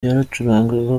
yaracurangaga